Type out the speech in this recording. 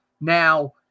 Now